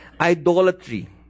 Idolatry